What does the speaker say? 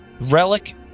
Relic